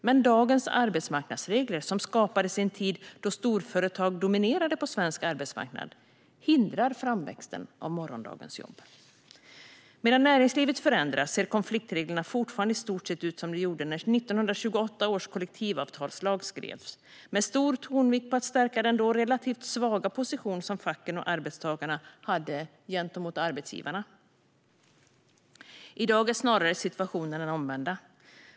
Men dagens arbetsmarknadsregler, som skapades i en tid då storföretag dominerade på svensk arbetsmarknad, hindrar framväxten av morgondagens jobb. Näringslivet har förändrats, men konfliktreglerna ser fortfarande i stort sett ut som de gjorde när 1928 års kollektivavtalslag skrevs, med stor tonvikt på att stärka den då relativt svaga position som facken och arbetstagarna hade gentemot arbetsgivarna. I dag är snarare situationen den omvända.